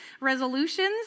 resolutions